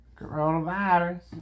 Coronavirus